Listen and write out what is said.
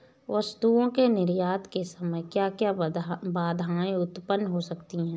वस्तुओं के निर्यात के समय क्या क्या बाधाएं उत्पन्न हो सकती हैं?